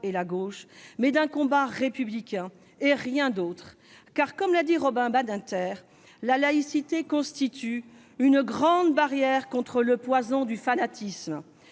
et la gauche, mais d'un combat républicain, rien d'autre. Car, comme l'a souligné Robert Badinter, la laïcité est « une grande barrière contre le poison du fanatisme